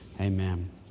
amen